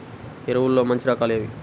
ఎరువుల్లో మంచి రకాలు ఏవి?